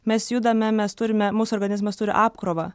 mes judame mes turime mūsų organizmas turi apkrovą